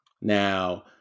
Now